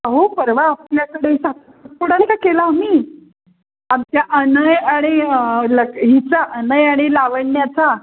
अहो परवा आपल्याकडे साखरपुडा नाही का केला आम्ही आमच्या अनय आणि लक् हिचा अनय आणि लावण्याचा